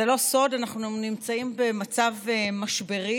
זה לא סוד, אנחנו נמצאים במצב משברי.